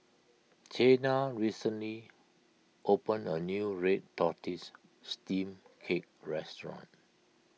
Chana recently opened a new Red Tortoise Steamed Cake Restaurant